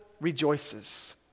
rejoices